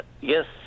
yes